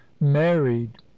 married